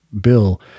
bill